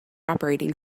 operating